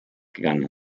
gegangen